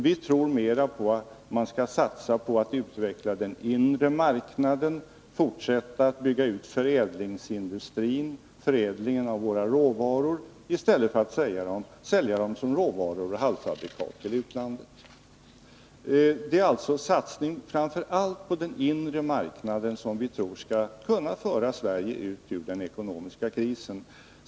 Vi tror mer på en satsning på att utveckla den inre marknaden, en fortsatt utveckling av förädlingsindustrin — att vi alltså skall förädla våra råvaror i stället för att sälja dem som råvaror och halvfabrikat till utlandet. Det är alltså en satsning på framför allt den inre marknaden som vi tror skall kunna föra Sverige ut ur den ekonomiska krisen.